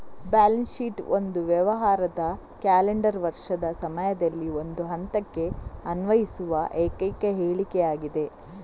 balance sheet ಒಂದು ವ್ಯವಹಾರದ calendar ವರ್ಷದ ಸಮಯದಲ್ಲಿ ಒಂದು ಹಂತಕ್ಕೆ ಅನ್ವಯಿಸುವ ಏಕೈಕ ಹೇಳಿಕೆಯಾಗಿದೆ